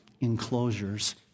enclosures